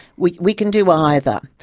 we we can do either.